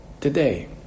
today